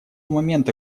момента